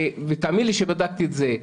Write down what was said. ותאמין לי שבדקתי את זה,